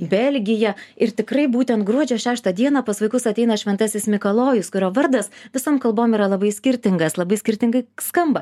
belgija ir tikrai būtent gruodžio šeštą dieną pas vaikus ateina šventasis mikalojus kurio vardas visom kalbom yra labai skirtingas labai skirtingai skamba